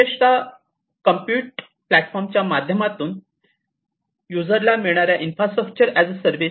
विशेषतः या आहेत कंप्यूट प्लॅटफॉर्मच्या माध्यमातून एंड यूजरला मिळणाऱ्या इन्फ्रास्ट्रक्चर ऍज अ सर्विस